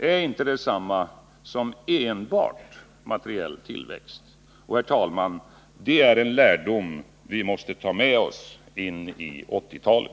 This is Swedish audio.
är inte detsamma som enbart materiell tillväxt. Det är, herr talman, en lärdom som vi måste ta med oss in i 1980-talet.